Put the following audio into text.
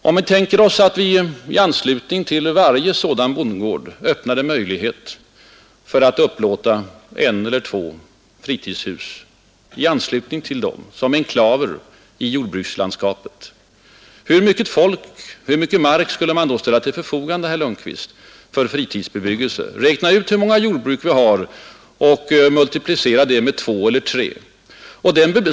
Om vi tänker oss att vi i anslutning till varje sådan bondgård öppnar möjlighet att upplåta ett eller ett par fritidshus på markenklaver i jordbrukslandskapet, hur mycket mark skulle man då ställa till förfogande för fritidsbebyggelse? Räkna ut hur många jordbruk vi har och multiplicera detta med två eller tre.